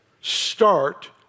start